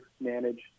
Manage